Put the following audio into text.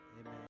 Amen